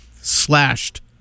slashed